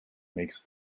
makes